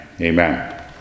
amen